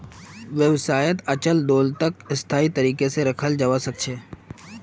व्यवसायत अचल दोलतक स्थायी तरीका से रखाल जवा सक छे